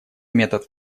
метод